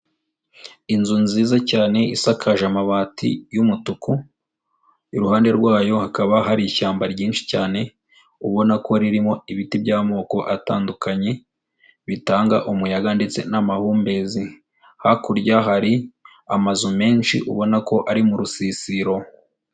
Inzu nziza cyane, isakaje amabati y'umutuku, iruhande rwayo hakaba hari ishyamba ryinshi cyane, ubona ko ririmo ibiti by'amoko atandukanye, bitanga umuyaga ndetse n'amahumbezi. Hakurya hari amazu menshi ubona ko ari mu rusisiro.